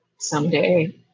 someday